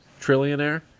trillionaire